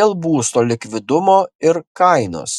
dėl būsto likvidumo ir kainos